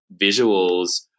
visuals